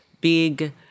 big